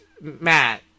Matt